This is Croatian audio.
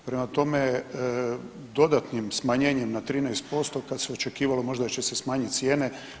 Prema tome, dodatnim smanjenjem na 13% kad se očekivalo, možda će se smanjit cijene.